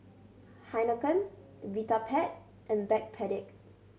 Heinekein Vitapet and Backpedic